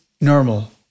normal